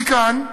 מכאן,